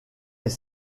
est